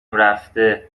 رفته